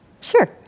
Sure